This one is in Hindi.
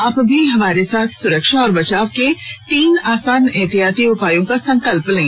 आप भी हमारे साथ सुरक्षा और बचाव के तीन आसान एहतियाती उपायों का संकल्प लें